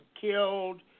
killed